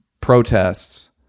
protests